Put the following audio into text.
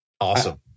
Awesome